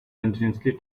continuously